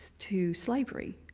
to slavery.